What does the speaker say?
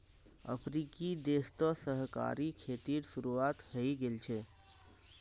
अफ्रीकी देश तो सहकारी खेतीर शुरुआत हइ गेल छ